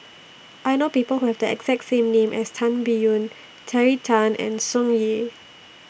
I know People Who Have The exact name as Tan Biyun Terry Tan and Tsung Yeh